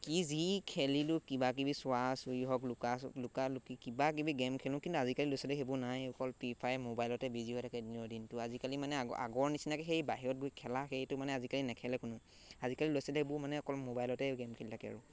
কি যি খেলিলোঁ কিবাকিবি চোৱা চুৰি হওক লুকা লুকা লুকি কিবাকিবি গে'ম খেলোঁ কিন্তু আজিকালি ল'ৰা ছোৱালীৰ সেইবোৰ নাই অকল ফ্ৰী ফায়াৰ মোবাইলতে বিজি হৈ থাকে দিনৰ দিনটো আজিকালি মানে আগ আগৰ নিচিনাকৈ সেই বাহিৰত গৈ খেলা সেইটো মানে আজিকালি নেখেলে কোনো আজিকালি ল'ৰা ছোৱালীয়ে সেইবোৰ মানে অকল মোবাইলতে গে'ম খেলি থাকে আৰু